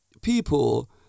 people